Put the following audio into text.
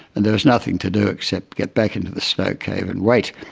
and there was nothing to do except get back into the snow cave and wait.